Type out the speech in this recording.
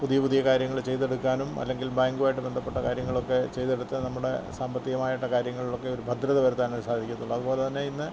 പുതിയ പുതിയ കാര്യങ്ങൾ ചെയ്തെടുക്കാനും അല്ലെങ്കില് ബാങ്കുമായിട്ട് ബന്ധപ്പെട്ട കാര്യങ്ങളൊക്കെ ചെയ്തെടുത്ത് നമ്മുടെ സാമ്പത്തികമായിട്ട് കാര്യങ്ങളിലൊക്കെ ഒരു ഭദ്രത വരുത്താൻ സാധിക്കത്തൊള്ളു അതുപോലെ തന്നെ ഇന്ന്